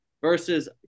versus